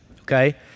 okay